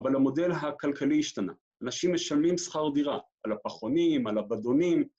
‫אבל המודל הכלכלי השתנה, ‫אנשים משלמים שכר דירה, ‫על הפחונים, על הבדונים.